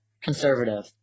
conservative